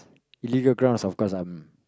illegal grounds of course I'm